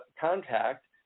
contact